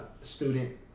student